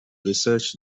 research